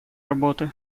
работы